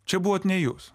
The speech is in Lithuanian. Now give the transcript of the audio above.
čia buvot ne jūs